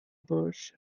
birch